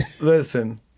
Listen